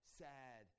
sad